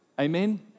Amen